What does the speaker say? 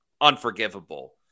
unforgivable